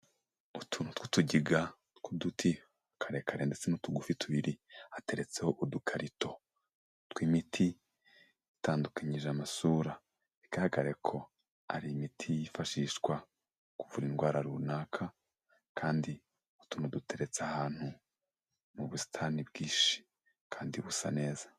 Utuntu tw'utugiga tw'uduti, karekare ndetse n'utugufi tubiri, hateretseho udukarito tw'imiti itandukanyije amasura, bigaragare ko ari imiti yifashishwa kuvura indwara runaka kandi utuntu duteretse ahantu mu busitani bwinshi kandi busa neza.